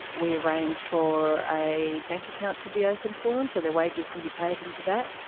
we arrange for a bank account to be opened for them so their wages can be paid into that.